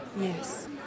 Yes